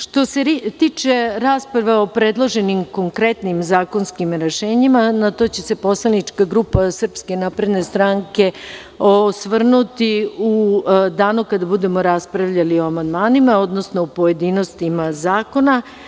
Što se tiče rasprave o predloženim konkretnim zakonskim rešenjima, na to će se poslanička grupa SNS osvrnuti u danu kada budemo raspravljali o amandmanima, odnosno o pojedinostima zakona.